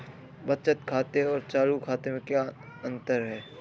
बचत खाते और चालू खाते में क्या अंतर है?